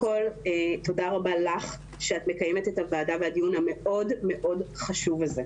תודה רבה לך שאת מקיימת את הדיון המאוד מאוד חשוב הזה.